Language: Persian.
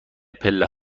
پله